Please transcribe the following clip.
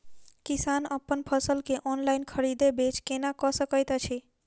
किसान अप्पन फसल केँ ऑनलाइन खरीदै बेच केना कऽ सकैत अछि?